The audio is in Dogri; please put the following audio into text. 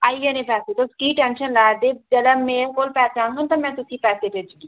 आई जाने पैसे तुस की टैंशन लै'रदे जेल्लै मेरे कोल पैसे आङन तां में तुसे ईं पैसे भेज्जगी